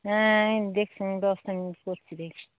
হ্যাঁ আমি দেখছি আমি ব্যবস্থা নি করছি দেখছি